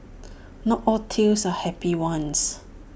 not all tales are happy ones